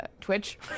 Twitch